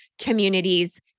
communities